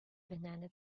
banana